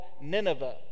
Nineveh